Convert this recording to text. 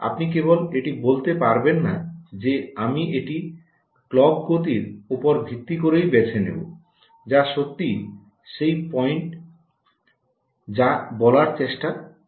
আপনি কেবল এটি বলতে পারবেন না যে আমি এটি ক্লকগতির উপর ভিত্তি করেই বেছে নেব যা সত্যই সেই পয়েন্ট যা আমরা বলার চেষ্টা করছি